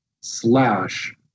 slash